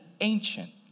ancient